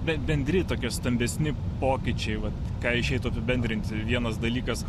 be bendri tokie stambesni pokyčiai vat ką išeitų apibendrinti vienas dalykas